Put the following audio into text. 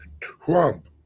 Trump